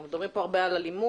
אנחנו מדברים פה יותר על אלימות